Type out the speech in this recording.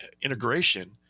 integration